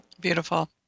Beautiful